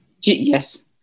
Yes